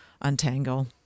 untangle